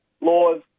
laws